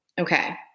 Okay